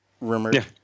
rumored